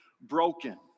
broken